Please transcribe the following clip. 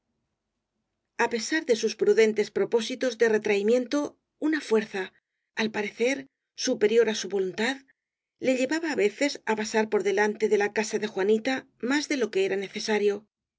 pesar de sus prudentes propósitos de retrai miento una fuerza al parecer superior á su volun tad le llevaba á veces á pasar por delante de la casa de juanita más de lo que era necesario